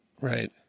right